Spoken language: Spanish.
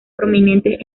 prominentes